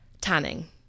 Tanning